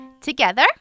Together